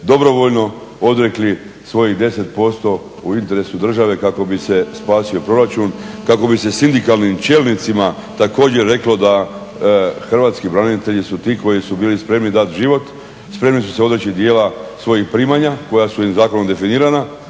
dobrovoljno odrekli svojih 10% u interesu države kako bi se spasio proračun, kako bi se sindikalnim čelnicima također reklo da hrvatski branitelji su ti koji su bili spremni dat život, spremni su se odreći dijela svojih primanja koja su im zakonom definirana